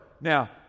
Now